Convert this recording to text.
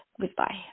Goodbye